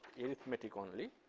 arithmetic only.